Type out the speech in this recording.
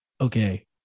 Okay